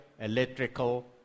electrical